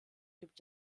gibt